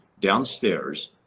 downstairs